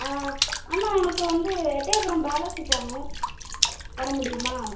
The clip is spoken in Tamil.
ஆ அண்ணா எனக்கு வந்து எட்டயபுரம் பேலஸ்ஸு போகணும் வரமுடியுமா